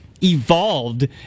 evolved